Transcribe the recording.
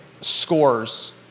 scores